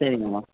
சரிங்க மேம்